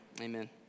amen